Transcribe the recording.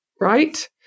right